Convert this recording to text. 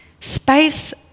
space